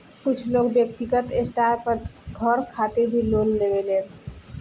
कुछ लोग व्यक्तिगत स्टार पर घर खातिर भी लोन लेवेलन